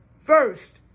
first